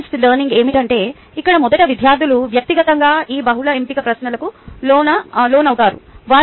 team based learning ఏమిటంటే ఇక్కడ మొదట విద్యార్థులు వ్యక్తిగతంగా ఈ బహుళ ఎంపిక ప్రశ్నలకు లోనవుతారు